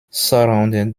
surrounded